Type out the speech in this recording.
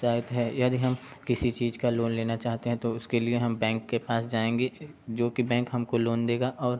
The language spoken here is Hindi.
उत्साहित है यदि हम किसी चीज का लोन लेना चाहते हैं तो उसके लिए हम बैंक के पास जाएंगे जोकि बैंक हमको लोन देगा और